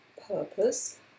purpose